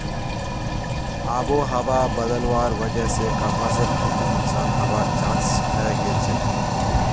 आबोहवा बदलवार वजह स कपासेर खेती नुकसान हबार चांस हैं गेलछेक